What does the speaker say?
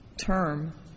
term